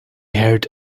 heard